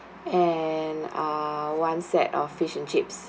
and uh one set of fish and chips